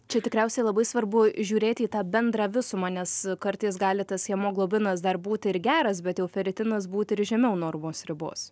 čia tikriausia labai svarbu žiūrėti į tą bendrą visumą nes kartais gali tas hemoglobinas dar būti ir geras bet jau feritinas būti ir žemiau normos ribos